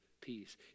peace